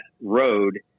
road